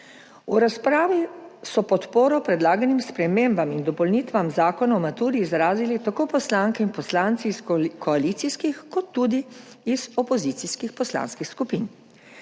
V razpravi so podporo predlaganim spremembam in dopolnitvam Zakona o maturi izrazili poslanke in poslanci tako iz koalicijskih kot tudi iz opozicijskih poslanskih skupin.